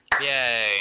Yay